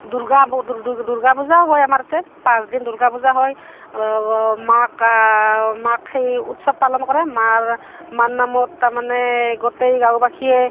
দূৰ্গা ব দূৰ্গা পূজাও হয় আমাৰ এতে পাঁচদিন দূৰ্গা পূজা হয় মা মাক সেই উৎসৱ পালন কৰে মাৰ মাৰ নামত তাৰমানে গোটেই গাঁওবাসীয়ে